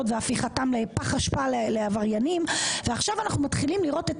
והפיכתם לפח אשפה לעבריינים ועכשיו אנחנו מתחילים לראות את